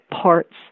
parts